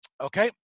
Okay